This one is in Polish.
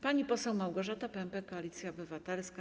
Pani poseł Małgorzata Pępek, Koalicja Obywatelska.